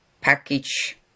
package